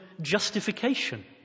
justification